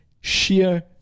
sheer